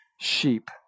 sheep